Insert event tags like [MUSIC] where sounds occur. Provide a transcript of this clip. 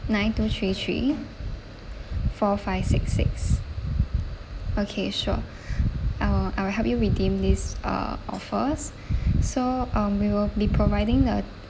nine two three three [BREATH] four five six six okay sure [BREATH] I will I will help you redeem these uh offers [BREATH] so um we will be providing the